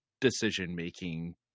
decision-making